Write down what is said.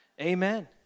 Amen